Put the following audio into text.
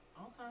Okay